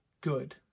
good